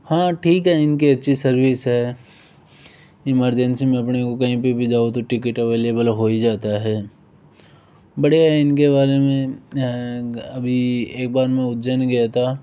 हाँ ठीक है इनकी अच्छी सर्विस है इमरजेंसी में अपने को कहीं पर भी जाओ तो टिकट अवेलेबल हो ही जाता है बढ़िया है इनके बारे में अभी एक बार मैं उज्जैन गया था